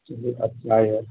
चलु अच्छा यऽ